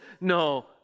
no